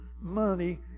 money